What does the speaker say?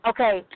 Okay